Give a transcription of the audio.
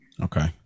Okay